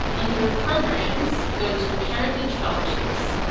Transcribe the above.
under programs, go to heritage fellowships.